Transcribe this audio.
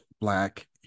Black